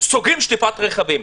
סוגרים את המקומות לשטיפת מכוניות.